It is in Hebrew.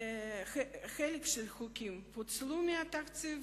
חלק של החוקים הוצאו מהתקציב,